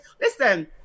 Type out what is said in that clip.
Listen